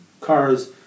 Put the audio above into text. cars